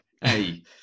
hey